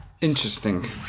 interesting